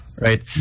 Right